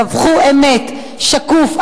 דווחו אמת, שקוף.